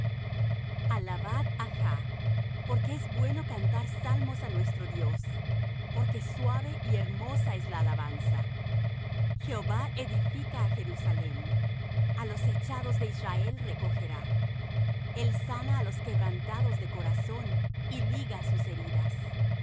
á jah porque es bueno cantar salmos á nuestro dios porque suave y hermosa es la alabanza jehová edifica á jerusalem a los echados de israel recogerá el sana á los quebrantados de corazón y liga sus heridas